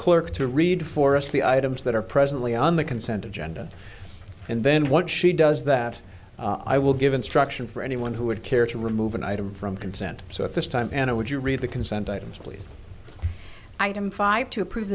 clerk to read for us the items that are presently on the consent agenda and then what she does that i will give instruction for anyone who would care to remove an item from consent so at this time and i would you read the consent items please item five to approve